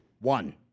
One